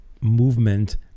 movement